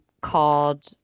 called